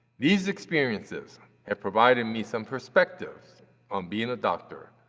these experiences have provided me some perspective on being a doctor,